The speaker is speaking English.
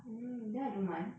then I don't mind